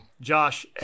Josh